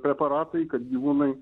preparatai kad gyvūnai